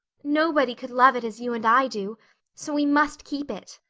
nobody could love it as you and i do so we must keep it.